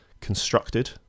constructed